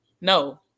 no